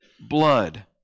blood